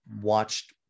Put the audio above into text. watched